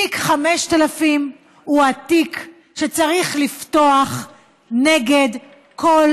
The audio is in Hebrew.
תיק 5000 הוא התיק שצריך לפתוח נגד כל